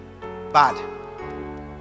bad